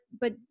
but-